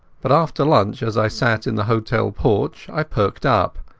but after lunch, as i sat in the hotel porch, i perked up,